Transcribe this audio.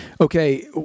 Okay